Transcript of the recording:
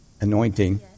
Anointing